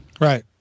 Right